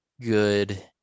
good